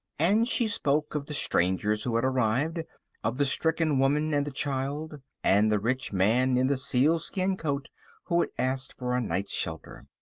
and she spoke of the strangers who had arrived of the stricken woman and the child, and the rich man in the sealskin coat who had asked for a night's shelter.